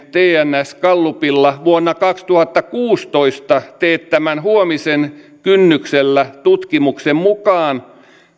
tns gallupilla vuonna kaksituhattakuusitoista teettämän huomisen kynnyksellä tutkimuksen mukaan